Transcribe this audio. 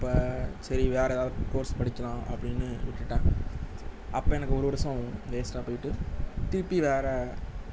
அப்போ சரி வேற ஏதா கோர்ஸ் படிக்கலாம் அப்படினு விட்டுட்டேன் அப்போ எனக்கு ஒரு வர்ஷம் வேஸ்ட்டாக போய்ட்டு திருப்பி வேற